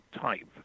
type